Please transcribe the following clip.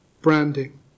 branding